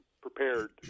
prepared